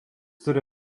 turi